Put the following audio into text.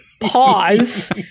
pause